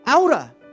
Aura